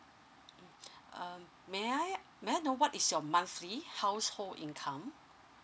um may I may I know what is your monthly household income